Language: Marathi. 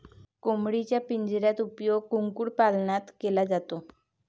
कोंबडीच्या पिंजऱ्याचा उपयोग कुक्कुटपालनात केला जातो